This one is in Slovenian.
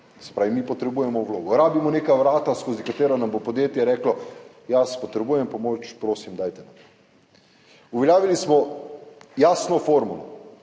pravi, mi potrebujemo vlogo, neka vrata, skozi katera nam bo podjetje reklo, jaz potrebujem pomoč, prosim, dajte nam. Uveljavili smo jasno formulo